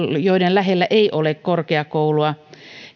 joiden lähellä ei ole korkeakoulua